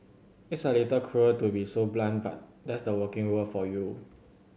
it's a little cruel to be so blunt but that's the working world for you